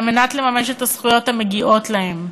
ועדות על מנת לממש את הזכויות המגיעות להם,